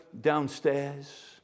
downstairs